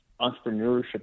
entrepreneurship